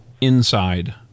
inside